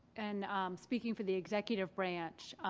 and speaking for the executive branch,